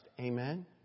Amen